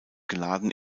geladen